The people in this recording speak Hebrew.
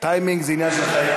טיימינג זה עניין של חיים,